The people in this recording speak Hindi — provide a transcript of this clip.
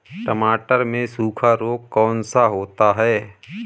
टमाटर में सूखा रोग कौन सा होता है?